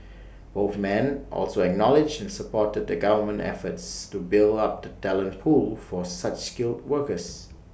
both men also acknowledged and supported the government's efforts to build up the talent pool for such skilled workers